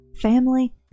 family